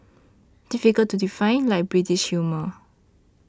difficult to define like British humour